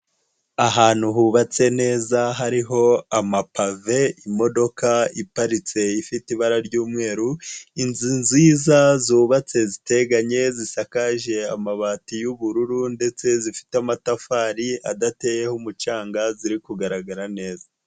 Ahantu hubatse neza hariho amapave, imodoka iparitse ifite ibara ry'umweru, inzu nziza zubatse ziteganye zisakaje amabati y'ubururu ndetse zifite amatafari adateyeho umucanga, ziri kugaragara neza.